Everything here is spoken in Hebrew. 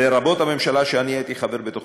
לרבות הממשלה שאני הייתי חבר בה,